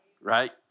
right